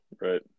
Right